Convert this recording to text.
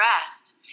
rest